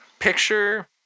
Picture